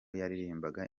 yaririmbaga